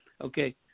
Okay